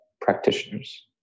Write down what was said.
practitioners